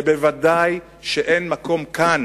ובוודאי שאין מקום כאן,